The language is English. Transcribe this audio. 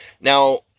Now